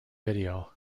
video